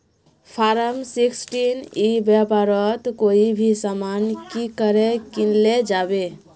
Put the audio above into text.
Form sixteen ई व्यापारोत कोई भी सामान की करे किनले जाबे?